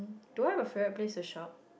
do I have a favourite place to shop